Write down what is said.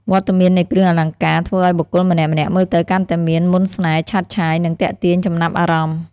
វត្តមាននៃគ្រឿងអលង្ការធ្វើឱ្យបុគ្គលម្នាក់ៗមើលទៅកាន់តែមាន មន្តស្នេហ៍ ឆើតឆាយ និងទាក់ទាញចំណាប់អារម្មណ៍ ។